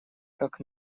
как